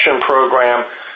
program